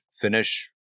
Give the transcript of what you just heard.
finish